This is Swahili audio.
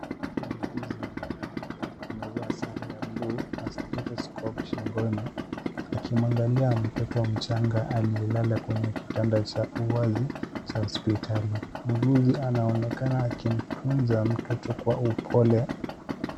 Muuguzi mwanamke amevaa sare ya buluu na stethoscope shingoni, akimwangalia mtoto mchanga aliyelala kwenye kitanda cha uwazi cha hospitali. Muuguzi anaonekana akimtunza mtoto kwa upole.